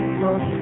look